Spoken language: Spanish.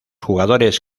jugadores